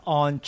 on